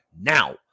now